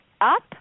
up